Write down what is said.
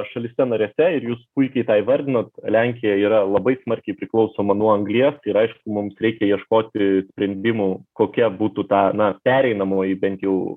šalyse narėse ir jūs puikiai tą įvardinot lenkija yra labai smarkiai priklausoma nuo anglies ir aišku mums reikia ieškoti sprendimų kokia būtų ta na pereinamoji bent jau